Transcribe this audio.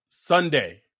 Sunday